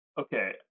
Okay